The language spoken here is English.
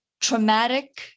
traumatic